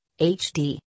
HD